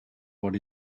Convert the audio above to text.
what